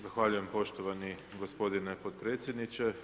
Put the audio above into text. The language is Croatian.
Zahvaljujem poštovani gospodine potpredsjedniče.